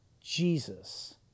Jesus